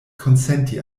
konsenti